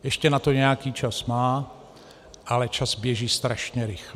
Ještě na to nějaký čas má, ale čas běží strašně rychle.